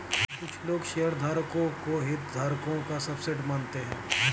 कुछ लोग शेयरधारकों को हितधारकों का सबसेट मानते हैं